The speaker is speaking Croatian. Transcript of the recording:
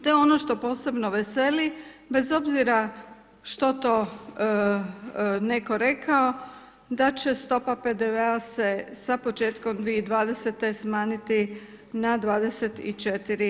To je ono što posebno veseli bez obzira što to netko rekao da će stopa PDV-a se sa početkom 2020. smanjiti na 24%